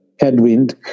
headwind